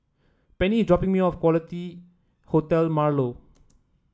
Penni is dropping me off Quality Hotel Marlow